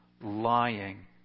lying